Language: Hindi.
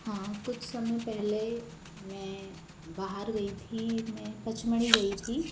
हाँ कुछ समय पहले मैं बाहर गई थी मैं पचमढ़ी गई थी